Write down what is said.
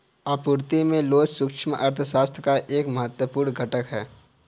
आपूर्ति में लोच सूक्ष्म अर्थशास्त्र का एक महत्वपूर्ण घटक है